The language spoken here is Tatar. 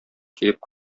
килеп